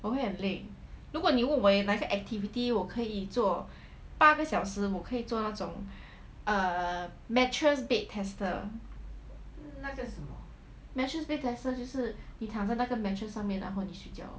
我会很累如果你问也哪一个 activity 我可以做八个小时我可以做那种 err mattress bed tester mattress bed tester 就是你躺在那个 mattress 上面然后你睡觉